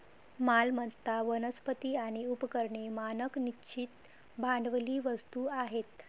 मालमत्ता, वनस्पती आणि उपकरणे मानक निश्चित भांडवली वस्तू आहेत